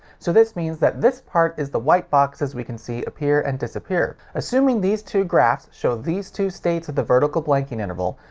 so this means that this part is the white boxes we can see appear and disappear. assuming these two graphs show these two states of the vertical blanking interval,